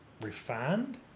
refined